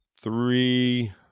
three